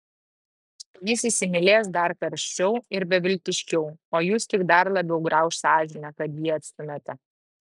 jis įsimylės dar karščiau ir beviltiškiau o jus tik dar labiau grauš sąžinė kad jį atstumiate